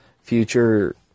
future